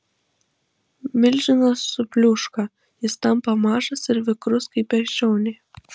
milžinas supliūška jis tampa mažas ir vikrus kaip beždžionė